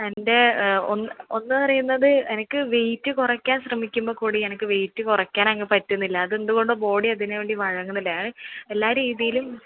എൻ്റെ ഒന്ന് ഒന്ന് പറയുന്നത് എനിക്ക് വെയിറ്റ് കുറയ്ക്കാൻ ശ്രമിക്കുമ്പോൾ കൂടി എനിക്ക് വെയിറ്റ് കുറയ്ക്കാൻ അങ്ങ് പറ്റുന്നില്ല അത് എന്ത് കൊണ്ടോ ബോഡി അതിന് വേണ്ടി വഴങ്ങുന്നില്ല എല്ലാ രീതിയിലും